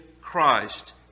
Christ